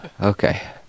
Okay